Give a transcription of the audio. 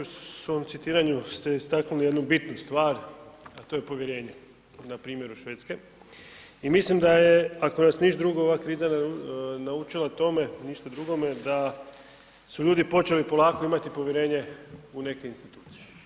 U svom citiranju ste istaknuli jednu bitnu stvar, a to je povjerenje na primjeru Švedske i mislim da je ako nas ništa drugo ova kriza naučila tome ništa drugome da su ljudi počeli polako imati povjerenje u neke institucije.